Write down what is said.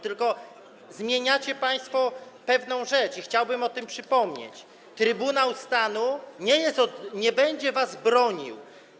Tylko zmieniacie państwo pewną rzecz, i chciałbym o tym przypomnieć - Trybunał Stanu nie będzie was bronił.